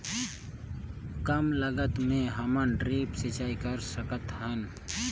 कम लागत मे हमन ड्रिप सिंचाई कर सकत हन?